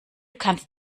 kannst